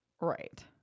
Right